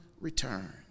return